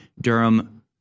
Durham